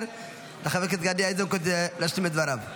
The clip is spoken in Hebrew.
לחבר הכנסת גדי איזנקוט להשלים את דבריו.